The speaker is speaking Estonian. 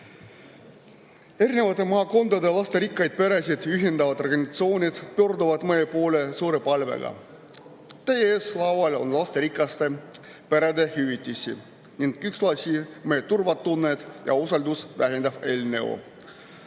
Põlvamaa] lasterikkaid peresid ühendavad organisatsioonid pöörduvad [teie] poole suure palvega. Teie ees laual on lasterikaste perede hüvitisi ning ühtlasi meie turvatunnet ja usaldust vähendav eelnõu: